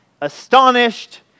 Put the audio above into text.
Astonished